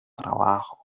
trabajos